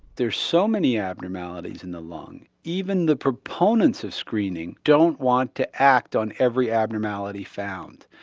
there are so many abnormalities in the lung, even the proponents of screening don't want to act on every abnormality found.